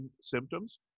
symptoms